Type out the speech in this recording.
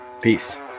Peace